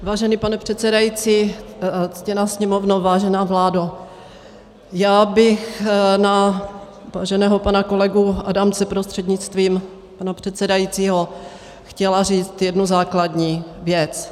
Vážený pane předsedající, ctěná sněmovno, vážená vládo, já bych na váženého pana kolegu Adamce prostřednictvím pana předsedajícího chtěla říct jednu základní věc.